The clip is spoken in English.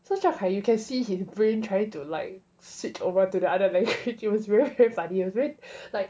so shao kai you can see his brain trying to like switch over to the other it was very very funny it was ver~